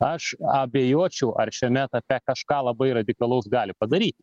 aš abejočiau ar šiame etape kažką labai radikalaus gali padaryti